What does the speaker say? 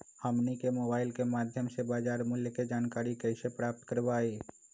हमनी के मोबाइल के माध्यम से बाजार मूल्य के जानकारी कैसे प्राप्त करवाई?